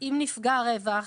אם נפגע רווח,